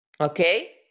okay